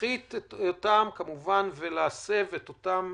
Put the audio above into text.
להפחית אותם, כמובן, ולהסב את אותם